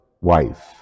wife